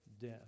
death